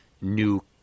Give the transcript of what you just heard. new